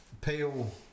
Peel